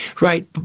Right